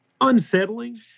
unsettling